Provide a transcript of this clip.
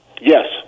Yes